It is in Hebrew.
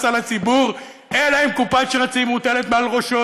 על הציבור אלא אם קופת שרצים מוטלת מעל ראשו.